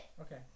Okay